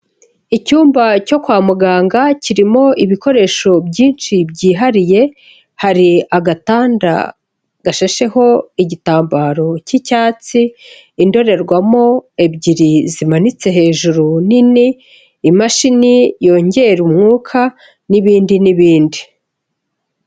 Icyumba cyo kwa muganga kirimo ibikoresho byinshi byihariye, hari agatanda gashasheho igitambaro cy'icyatsi, indorerwamo ebyiri zimanitse hejuru nini, imashini yongera umwuka, n'ibindi n'ibindi.